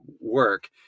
work